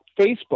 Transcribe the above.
Facebook